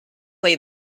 lay